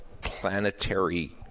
planetary